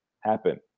Happen